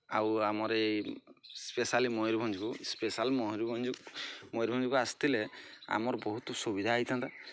ଆଉ ଆମର ଏହି ସ୍ପେଶାଲି ମୟୂରଭଞ୍ଜକୁ ସ୍ପେଶାଲ୍ ମୟୂରଭଞ୍ଜକୁ ଆସିଥିଲେ ଆମର ବହୁତ ସୁବିଧା ହୋଇଥାନ୍ତା